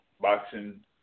boxing